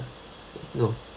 no